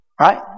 right